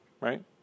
right